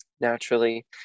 Naturally